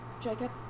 Jacob